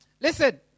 Listen